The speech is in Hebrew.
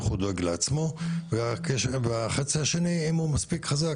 איך הוא דואג לעצמו והחצי השני אם הוא מספיק חזק,